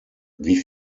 wie